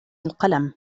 القلم